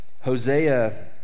Hosea